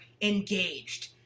engaged